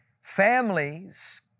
Families